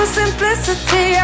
simplicity